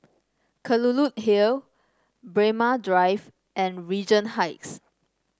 Kelulut Hill Braemar Drive and Regent Heights